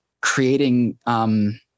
creating –